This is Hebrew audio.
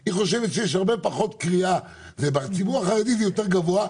היא חושבת שיש הרבה פחות קריאה ובציבור החרדי זה יותר גבוה,